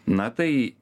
na tai